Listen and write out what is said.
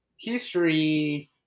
history